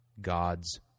God's